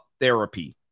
therapy